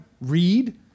read